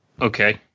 Okay